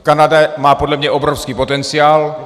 Kanada má podle mě obrovský potenciál.